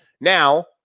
Now